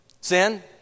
sin